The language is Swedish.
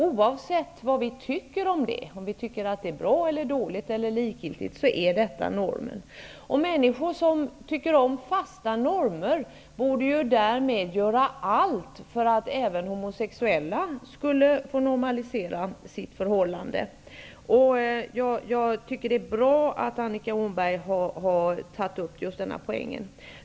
Oavsett vad vi tycker om det, om vi tycker att det är bra eller dåligt eller likgiltigt, så är detta normen. Människor som tycker om fasta normer borde ju därmed göra allt för att även homosexuella skulle få normalisera sitt förhållande. Jag tycker att det är bra att Annika Åhnberg har tagit upp just den poängen.